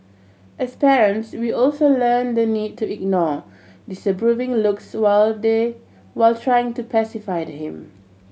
as parents we also learn the need to ignore disapproving looks while they while trying to pacified him